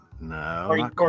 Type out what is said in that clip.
No